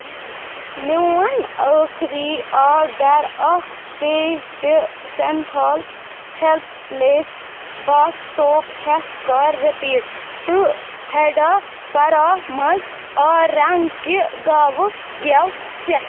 میون ٲخٕری آرڈر اکھ پیٹہِ سؠنتھال ہٮ۪لٕتھ پلیس باتھ سوپ ہؠتھ کر رپیٖٹ تہٕ ہیڈا فارامَز آرنٛگ کہِ گَوٟ گٮ۪و ژیٹھ